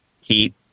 heat